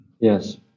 yes